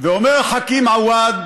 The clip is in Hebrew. ואומר חכים עוואד